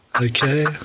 okay